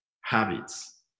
habits